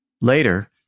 Later